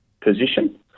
position